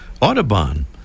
Audubon